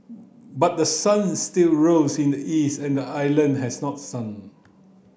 but the sun still rose in the east and island has not sunk